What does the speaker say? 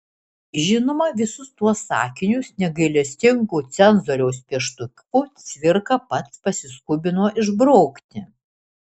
žinoma visus tuos sakinius negailestingu cenzoriaus pieštuku cvirka pats pasiskubino išbraukti